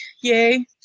Yay